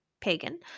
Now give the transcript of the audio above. Pagan